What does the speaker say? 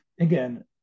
again